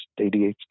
ADHD